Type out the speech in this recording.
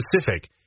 specific